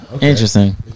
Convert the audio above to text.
Interesting